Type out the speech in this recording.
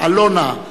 אלונה,